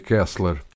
Kessler